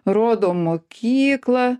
rodo mokyklą